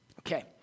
Okay